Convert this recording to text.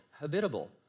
habitable